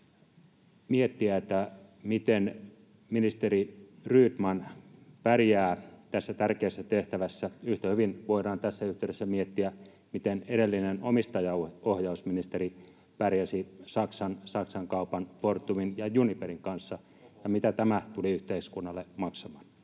miettiä, miten ministeri Rydman pärjää tässä tärkeässä tehtävässä, yhtä hyvin voidaan tässä yhteydessä miettiä, miten edellinen omistajaohjausministeri pärjäsi Saksan, Saksan kaupan, Fortumin ja Uniperin kanssa ja mitä tämä tuli yhteiskunnalle maksamaan.